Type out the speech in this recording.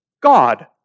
God